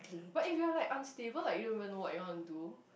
but if you are like unstable like you don't even know what you want to do